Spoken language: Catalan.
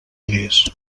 hagués